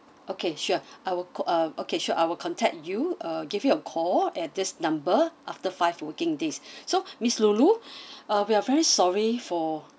okay sure I will call uh okay sure I will contact you uh give you a call at this number after five working days so miss lulu uh we are very sorry for